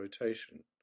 rotation